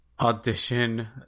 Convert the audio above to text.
audition